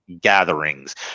gatherings